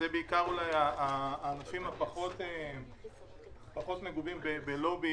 זה בעיקר לענפים שפחות מגובים בלובי,